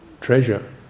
treasure